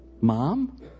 Mom